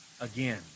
again